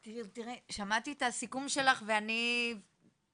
אם את רוצה, אז בואי תצטרפי אלינו ואני